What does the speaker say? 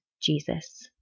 Jesus